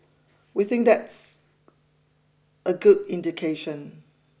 we think that's a good indication